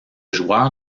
joueur